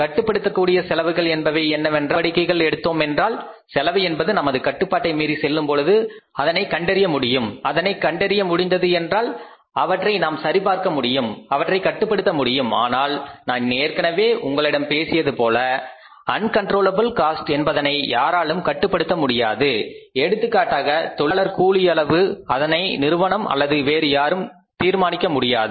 கட்டுப்படுத்தக்கூடிய செலவுகள் என்பவை என்னவென்றால் அவற்றை சில நடவடிக்கைகள் எடுத்தோம் என்றால் செலவு என்பது நமது கட்டுப்பாட்டை மீறி செல்லும் பொழுது அதனை கண்டறிய முடிந்தது என்றால் அவற்றை நாம் சரி பார்க்க முடியும் அவற்றை கட்டுப்படுத்த முடியும் ஆனால் நான் ஏற்கனவே உங்களிடம் பேசியது போல அன்கண்ட்ரோலபில் காஸ்ட் என்பதனை யாராலும் கட்டுப்படுத்த முடியாது எடுத்துக்காட்டாக தொழிலாளர் கூலி அளவு அதனை நிறுவனம் அல்லது வேறு யாரும் தீர்மானிக்க முடியாது